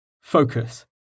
Focus